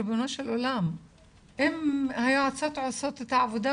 ריבונו של עולם-אם היועצות עושות את העבודה,